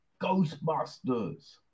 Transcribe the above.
Ghostbusters